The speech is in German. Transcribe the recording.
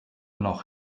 noch